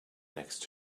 next